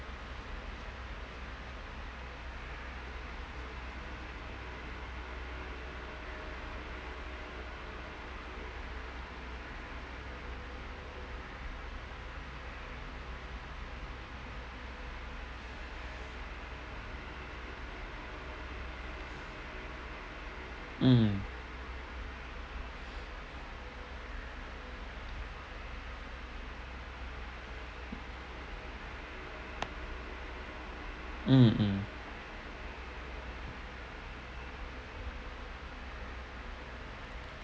mmhmm mm mm